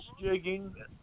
jigging